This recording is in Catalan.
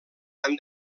han